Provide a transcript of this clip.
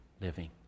living